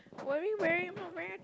worry wearing wear wear